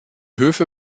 höfe